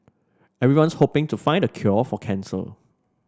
everyone's hoping to find the cure for cancer